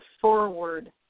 forward